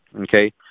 okay